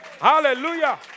Hallelujah